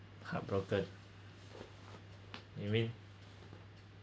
heartbroken you mean